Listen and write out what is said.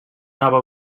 nova